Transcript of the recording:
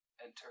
Enter